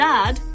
Dad